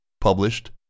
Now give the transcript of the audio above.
Published